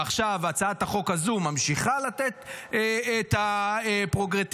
ועכשיו הצעת החוק הזאת ממשיכה לתת את הפררוגטיבה